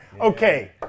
Okay